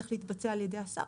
צריך להתבצע על ידי השר.